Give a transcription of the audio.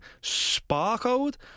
sparkled